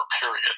period